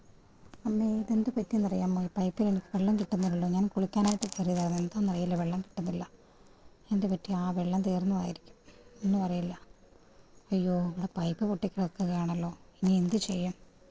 അമ്മേ ഇതെന്തു പറ്റിയെന്നറിയാമോ ഈ പൈപ്പിലെനിക്ക് വെള്ളം കിട്ടുന്നില്ലലോ ഞാന് കുളിക്കാനായിട്ട് കയറിയതായിരുന്നു എന്താണെന്നറിയില്ല വെള്ളം കിട്ടുന്നില്ല എന്തുപറ്റി ആ വെള്ളം തീര്ന്നതായിരിക്കും ഒന്നും അറിയില്ല അയ്യോ ഇവിടെ പൈപ്പ് പൊട്ടി കിടക്കുകയാണല്ലോ ഇനിയെന്ത് ചെയ്യും